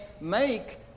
make